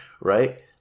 right